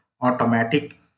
automatic